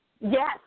Yes